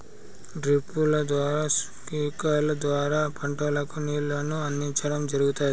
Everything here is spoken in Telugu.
డ్రిప్పుల ద్వారా స్ప్రింక్లర్ల ద్వారా పంటలకు నీళ్ళను అందించడం జరుగుతాది